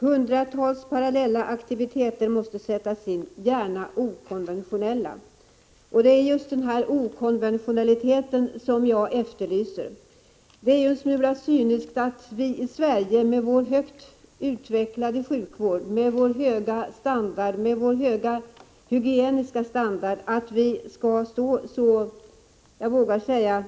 Hundratals parallella aktiviteter måste sättas in, gärna okonventionella ———.” Det är de okonventionella åtgärderna jag efterlyser. Det är ju en smula cyniskt att vi i Sverige med vår högt utvecklade sjukvård, med vår höga levnadsstandard och vår höga hygieniska standard står så handfallna, vågar jag säga,